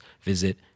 visit